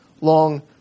long